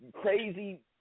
crazy